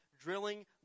drilling